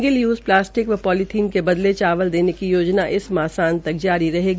single use plastic व polythene के बदले चावल देने की योजना इस माह के अंत तक जारी रहेगी